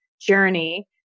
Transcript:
journey